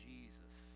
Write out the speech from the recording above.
Jesus